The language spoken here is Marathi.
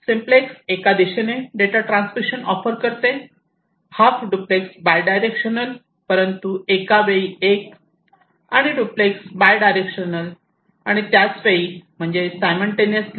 सिम्प्लेक्स एका दिशेने डेटा ट्रान्समिशन ऑफर करते हाल्फ डुप्लेक्स बायडायरेक्शनल परंतु एका वेळी एक आणि डुप्लेक्स बायडायरेक्शनल आणि त्याच वेळी म्हणजे सायमनटेनिअसली